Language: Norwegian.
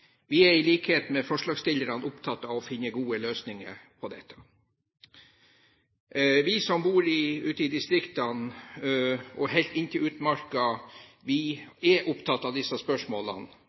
Vi er i likhet med forslagsstillerne opptatt av å finne gode løsninger for dette. Vi som bor ute i distriktene og helt inntil utmarka, er opptatt av disse spørsmålene